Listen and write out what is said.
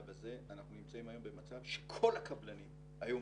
אנחנו נמצאים היום במצב שכל הקבלנים היום